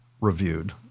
reviewed